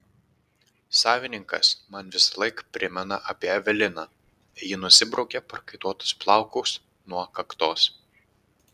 savininkas man visąlaik primena apie eveliną ji nusibraukė prakaituotus plaukus nuo kaktos